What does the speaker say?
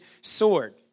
sword